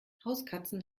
hauskatzen